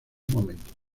momentos